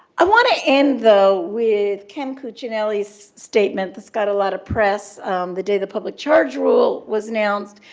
i want to end, though, with ken cuccinelli's statement that's got a lot of press the day the public charge rule was announced.